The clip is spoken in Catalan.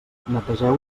netegeu